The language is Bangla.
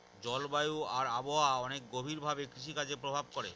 জলবায়ু আর আবহাওয়া অনেক গভীর ভাবে কৃষিকাজে প্রভাব করে